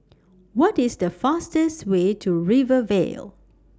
What IS The fastest Way to Rivervale